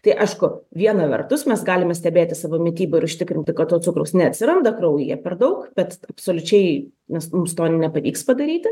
tai aišku viena vertus mes galime stebėti savo mitybą ir užtikrinti kad to cukraus neatsiranda kraujyje per daug bet absoliučiai nes mums to nepavyks padaryti